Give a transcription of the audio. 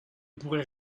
pourrai